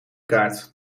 kaart